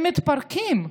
הם מתפרקים.